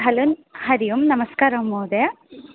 हलन् हरिः ओें नमस्कारः महोदय